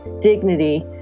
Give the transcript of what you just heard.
dignity